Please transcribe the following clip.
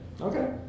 Okay